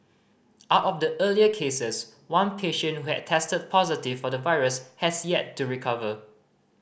out of the earlier cases one patient who had tested positive for the virus has yet to recover